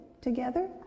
together